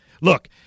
look